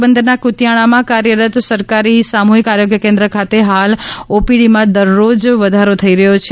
પોરબંદરના કુતિયાણામાં કાર્યરત સરકારી સામુહિક આરોગ્ય કેન્ ખાતે હાલ ઓપીડીમાં દરરોજ વધારો થઇ રહ્યો છે